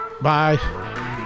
Bye